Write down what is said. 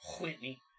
Whitney